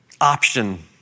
option